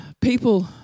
people